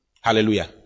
Hallelujah